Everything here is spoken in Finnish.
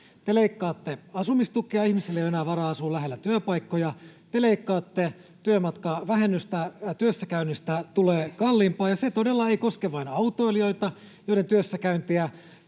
Te leikkaatte asumistukea, ihmisillä ei ole enää varaa asua lähellä työpaikkoja. Te leikkaatte työmatkavähennystä, työssäkäynnistä tulee kalliimpaa. Ja se todella ei koske vain autoilijoita, joiden työssäkäyntiä